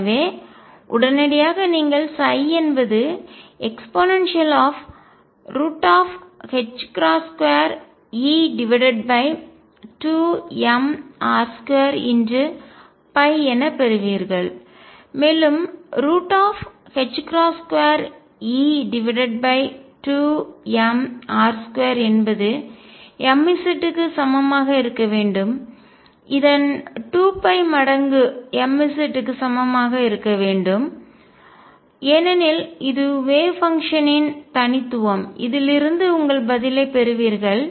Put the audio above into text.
எனவே உடனடியாக நீங்கள் என்பது e2E2mR2 என பெறுவீர்கள் மேலும் 2E2mR2 என்பது mz க்கு சமமாக இருக்க வேண்டும் இதன் 2 மடங்கு mz க்கு சமமாக இருக்க வேண்டும் ஏனெனில் இது வேவ் பங்ஷன்நின் அலை செயல்பாட்டின் தனித்துவம் இதிலிருந்து உங்கள் பதிலைப் பெறுவீர்கள்